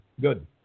Good